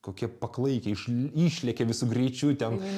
kokie paklaikę iš išlekia visu greičiu ten